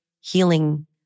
healing